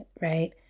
right